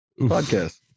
podcast